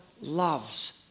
loves